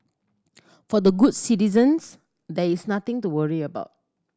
for the good citizens there is nothing to worry about